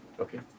Okay